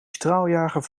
straaljager